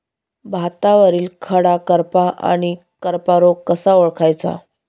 भातावरील कडा करपा आणि करपा रोग कसा ओळखायचा?